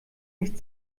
nicht